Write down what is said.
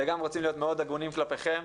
וגם רוצים להיות מאוד הגונים כלפיכם.